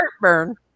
heartburn